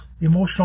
emotional